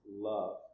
love